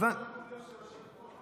אתה מנצל את טוב הלב של היושבת-ראש.